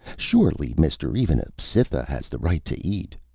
surely, mister, even a cytha has the right to eat.